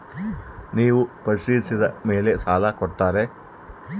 ನೇವು ಪರಿಶೇಲಿಸಿದ ಮೇಲೆ ಸಾಲ ಕೊಡ್ತೇರಾ?